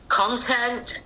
content